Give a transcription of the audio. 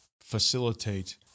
facilitate